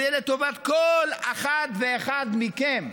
זה יהיה לטובת כל אחת ואחד מכם,